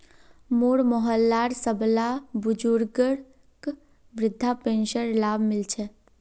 मोर मोहल्लार सबला बुजुर्गक वृद्धा पेंशनेर लाभ मि ल छेक